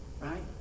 right